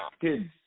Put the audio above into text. kids